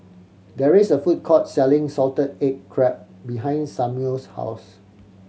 there is a food court selling salted egg crab behind Samual's house